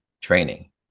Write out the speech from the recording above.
training